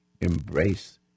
embrace